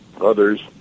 others